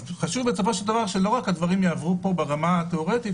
אז חשוב שהדברים לא רק יעברו פה ברמה התיאורטית